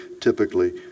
typically